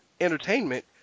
entertainment